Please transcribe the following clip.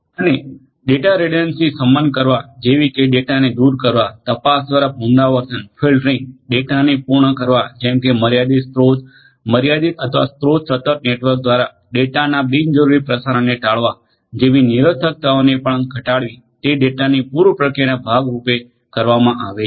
અને data redundancy શમન કરવા જેવી કે ડેટાને દૂર કરવા તપાસ દ્વારા પુનરાવર્તન ફિલ્ટરિંગ ડેટાને પૂર્ણ કરવા જેમકે મર્યાદિત સ્રોત મર્યાદિત અથવા સ્રોત સતત નેટવર્ક દ્વારા ડેટાના બિનજરૂરી પ્રસારણને ટાળવા જેવી નિરર્થકતાઓને પણ ઘટાડવી તે ડેટાની પૂર્વ પ્રક્રિયાના ભાગ રૂપે કરવામાં આવે છે